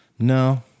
No